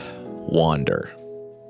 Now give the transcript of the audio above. wander